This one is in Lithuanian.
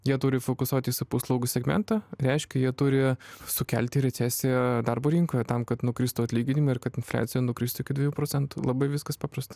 jie turi fokusuotis į paslaugų segmentą reiškia jie turi sukelti recesiją darbo rinkoje tam kad nukristų atlyginimai ir kad infliacija nukristų iki dviejų procentų labai viskas paprasta